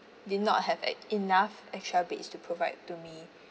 did not have like enough extra beds to provide to me